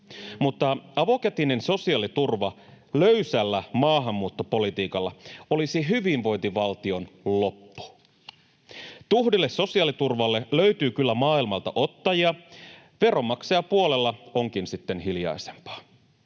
Mutta avokätinen sosiaaliturva löysällä maahanmuuttopolitiikalla olisi hyvinvointivaltion loppu. Tuhdille sosiaaliturvalle löytyy kyllä maailmalta ottajia, veronmaksajapuolella onkin sitten hiljaisempaa.